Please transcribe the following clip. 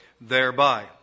thereby